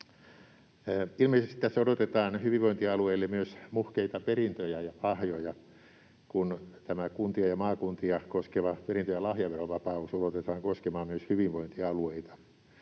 Ilmeisesti tässä odotetaan hyvinvointialueille myös muhkeita perintöjä ja lahjoja, kun kuntia ja maakuntia koskeva perintö‑ ja lahjaverovapaus ulotetaan koskemaan myös hyvinvointialueita.